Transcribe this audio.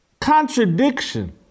contradiction